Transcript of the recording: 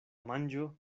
manĝo